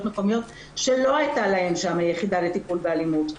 מקומיות שלא היתה להן שם יחידה לטיפול באלימות.